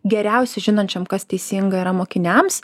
geriausiai žinančiam kas teisinga yra mokiniams